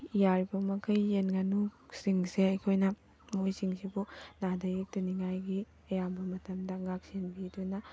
ꯌꯥꯔꯤꯕ ꯃꯈꯩ ꯌꯦꯟ ꯉꯥꯅꯨꯁꯤꯡꯁꯦ ꯑꯩꯈꯣꯏꯅ ꯃꯈꯣꯏꯁꯤꯡꯁꯤꯕꯨ ꯅꯥꯗ ꯌꯦꯛꯇꯅꯤꯡꯉꯥꯏꯒꯤ ꯑꯌꯥꯝꯕ ꯃꯇꯝꯗ ꯉꯥꯛ ꯁꯦꯟꯕꯤꯗꯨꯅ